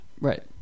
Right